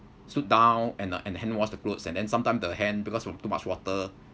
sit down and uh and hand wash the clothes and then sometime the hand because with too much water